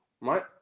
right